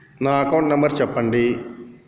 నా account number చెప్పండి?